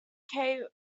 kate